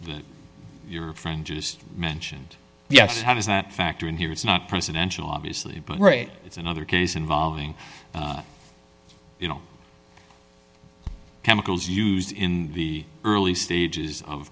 pug your friend just mentioned yes how does that factor in here it's not presidential obviously but it's another case involving you know chemicals used in the early stages of